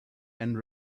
and